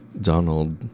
Donald